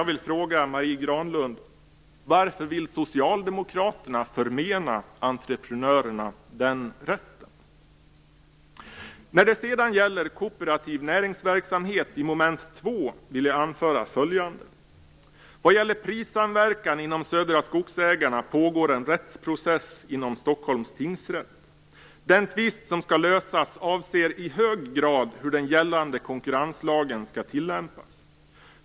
När det sedan gäller kooperativ näringsverksamhet i mom. 2 vill jag anföra följande. Vad gäller prissamverkan inom Södra skogsägarna pågår en rättsprocess i Stockholms tingsrätt. Den tvist som skall lösas avser i hög grad hur den gällande konkurrenslagen skall tillämpas.